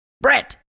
Brett